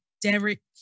Derek